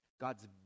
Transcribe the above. God's